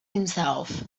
himself